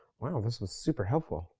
wow, this was super helpful.